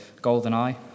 GoldenEye